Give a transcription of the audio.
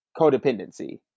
codependency